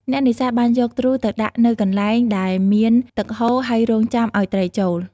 អ្នកនេសាទបានយកទ្រូទៅដាក់នៅកន្លែងដែលមានទឹកហូរ ហើយរង់ចាំឲ្យត្រីចូល។